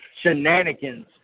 shenanigans